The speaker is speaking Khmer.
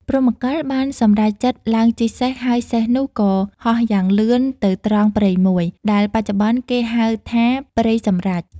ព្រហ្មកិលបានសម្រេចចិត្តឡើងជិះសេះ ហើយសេះនោះក៏ហោះយ៉ាងលឿនទៅត្រង់ព្រៃមួយ ដែលបច្ចុប្បន្នគេហៅថា ព្រៃសម្រេច ។